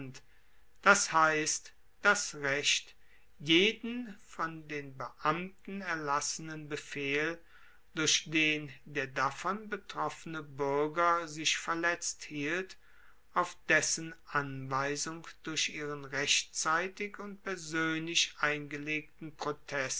das heisst das recht jeden von den beamten erlassenen befehl durch den der davon betroffene buerger sich verletzt hielt auf dessen anweisung durch ihren rechtzeitig und persoenlich eingelegten protest